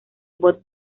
bob